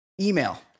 Email